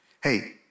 Hey